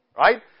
Right